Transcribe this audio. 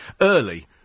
early